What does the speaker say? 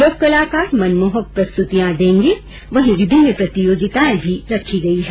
लोक कलाकार मनमोहक प्रस्तुतियां देंगे वहीं विभिन्न प्रतियोगिताएं भी रखी गई है